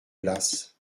places